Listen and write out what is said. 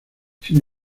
sin